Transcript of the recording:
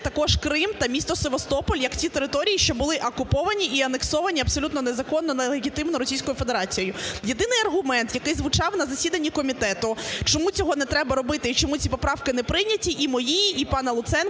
також Крим та місто Севастополь як ті території, що були окуповані і анексовані абсолютно незаконно, нелегітимно Російською Федерацією. Єдиний аргумент, який звучав на засіданні комітету, чому цього не треба робити і чому ці поправки не прийняті (і мої, і пана Луценка,